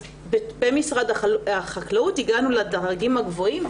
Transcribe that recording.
במשרד החקלאות הגענו לדרגים הגבוהים.